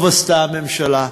טוב עשתה הממשלה,